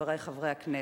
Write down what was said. חברי חברי הכנסת,